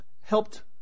helped